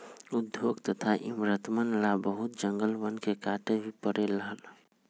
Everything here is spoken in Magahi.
उद्योग तथा इमरतवन ला बहुत जंगलवन के काटे भी पड़ले हल